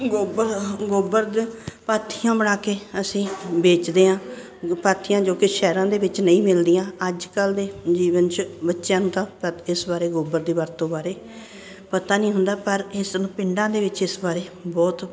ਗੋਬਰ ਗੋਬਰ ਦੀਆਂ ਪਾਥੀਆਂ ਬਣਾ ਕੇ ਅਸੀਂ ਵੇਚਦੇ ਹਾਂ ਪਾਥੀਆਂ ਜੋ ਕਿ ਸ਼ਹਿਰਾਂ ਦੇ ਵਿੱਚ ਨਹੀਂ ਮਿਲਦੀਆਂ ਅੱਜ ਕੱਲ੍ਹ ਦੇ ਜੀਵਨ 'ਚ ਬੱਚਿਆਂ ਨੂੰ ਤਾਂ ਇਸ ਬਾਰੇ ਗੋਬਰ ਦੀ ਵਰਤੋਂ ਬਾਰੇ ਪਤਾ ਨਹੀਂ ਹੁੰਦਾ ਪਰ ਇਸ ਨੂੰ ਪਿੰਡਾਂ ਦੇ ਵਿੱਚ ਇਸ ਬਾਰੇ ਬਹੁਤ